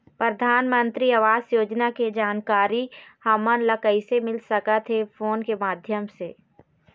परधानमंतरी आवास योजना के जानकारी हमन ला कइसे मिल सकत हे, फोन के माध्यम से?